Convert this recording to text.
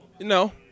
no